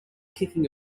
kicking